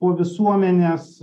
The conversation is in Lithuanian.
po visuomenės